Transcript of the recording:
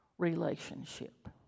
relationship